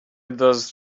does